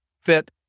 fit